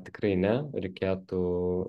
tikrai ne reikėtų